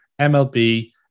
MLB